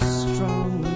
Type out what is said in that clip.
strong